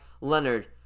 Leonard